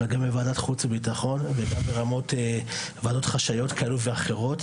אבל גם בוועדת חוץ ובטחון וגם בוועדות חשאיות כאלה ואחרות.